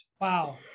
Wow